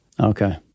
Okay